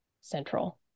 central